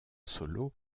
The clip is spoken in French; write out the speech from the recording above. solo